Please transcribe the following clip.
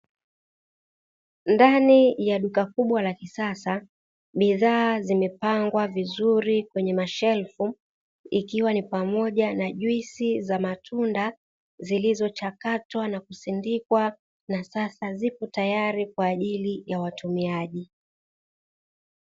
Ndani ya duka kubwa la kisasa bidhaa zimepangwa vizuri kwenye mashelfu, ikiwa ni pamoja na juisi za matunda zilizochakatwa na kusindikwa na sasa zipo tayari kwa ajili ya watumiaji.